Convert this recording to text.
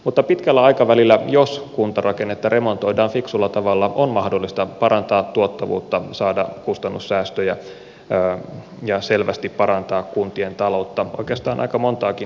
mutta pitkällä aikavälillä jos kuntarakennetta remontoidaan fiksulla tavalla on mahdollista parantaa tuottavuutta saada kustannussäästöjä ja selvästi parantaa kuntien taloutta oikeastaan aika montaakin eri kautta